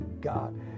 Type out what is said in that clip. God